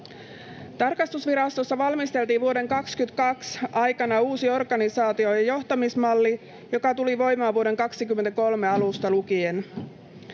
Tarkastusvirastossa valmisteltiin vuoden 2022 aikana uusi organisaatio‑ ja johtamismalli, ja se tuli voimaan tämän vuoden alusta.